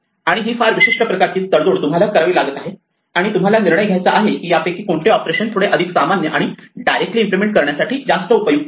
आणि ही फार विशिष्ट प्रकारची तडजोड तुम्हाला करावी लागत आहे आणि तुम्हाला निर्णय घ्यायचा आहे की यापैकी कोणते ऑपरेशन थोडे अधिक सामान्य आणि डायरेक्टली इम्प्लिमेंट करण्यासाठी जास्त उपयुक्त आहे